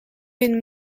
been